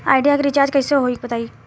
Idea के recharge कइसे होई बताईं?